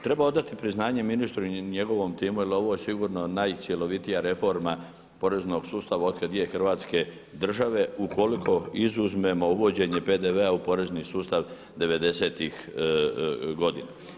Treba odati priznanje ministru i njegovom timu jer ovo je sigurno najcjelovitija reforma poreznog sustava od kad je Hrvatske države ukoliko izuzmemo uvođenje PDV-a u porezni sustav 90.tih godina.